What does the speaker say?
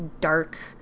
dark